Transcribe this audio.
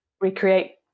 recreate